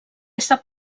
sap